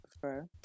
prefer